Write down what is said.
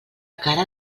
cara